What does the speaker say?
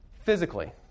physically